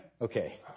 Okay